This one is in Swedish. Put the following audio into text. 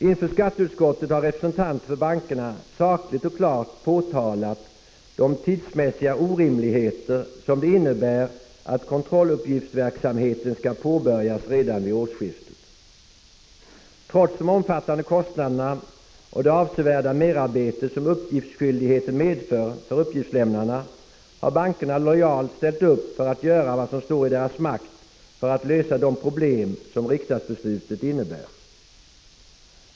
Inför skatteutskottet har representanter för bankerna sakligt och klart påtalat de tidsmässiga orimligheter som det innebär att kontrolluppgiftsverksamheten skall påbörjas redan vid årsskiftet. Trots de omfattande kostnaderna och det avsevärda merarbete som uppgiftsskyldigheten medför för uppgiftslämnarna har bankerna lojalt ställt upp för att göra vad som står i deras makt för att lösa de problem som riksdagsbeslutet innebär.